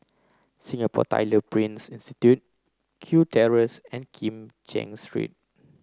Singapore Tyler Print Institute Kew Terrace and Kim Cheng Street